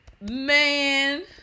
Man